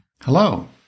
Hello